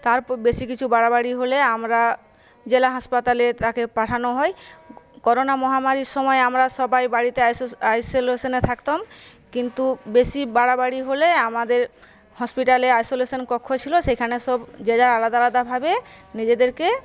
তারপর বেশি কিছু বাড়াবাড়ি হলে আমরা জেলা হাসপাতালে তাকে পাঠানো হয় করোনা মহামারীর সময় আমরা সবাই বাড়িতে আইসোলেশনে থাকতাম কিন্তু বেশি বাড়াবাড়ি হলে আমাদের হসপিটালে আইসোলেশন কক্ষ ছিল সেখানে সব যে যার আলাদা আলদাভাবে নিজেদেরকে